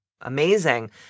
amazing